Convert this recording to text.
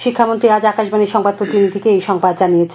শিক্ষামন্ত্রী আজ আকাশবাণীর সংবাদ প্রতিনিধিকে এ সংবাদ জানিয়েছেন